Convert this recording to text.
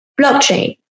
blockchain